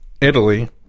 Italy